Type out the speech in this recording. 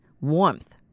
warmth